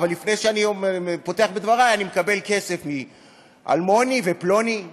אבל לפני שאני פותח בדברי: אני מקבל כסף מאלמוני ופלוני בחו"ל.